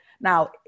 Now